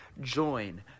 join